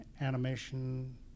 animation